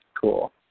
Cool